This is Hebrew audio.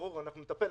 ברור, אנחנו נטפל.